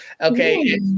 Okay